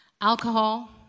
alcohol